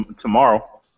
tomorrow